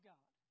God